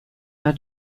are